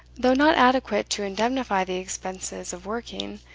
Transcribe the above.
though not adequate to indemnify the expenses of working,